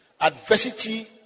Adversity